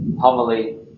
homily